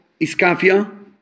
iskafia